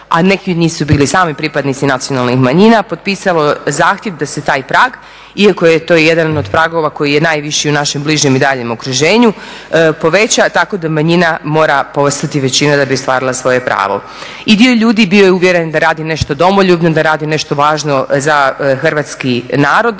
a neki od njih su bili i sami pripadnici nacionalnih manjina potpisalo zahtjev da se taj prag iako je to jedan o pragova koji je najviši u našem bližem i daljnjem okruženju, poveća tako da manjina mora postati većina da bi ostvarila svoje pravo. I dio ljudi bio je uvjeren da radi nešto domoljubno, da radi nešto važno za Hrvatski narod,